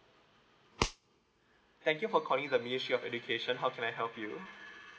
thank you for calling the ministry of education how can I help you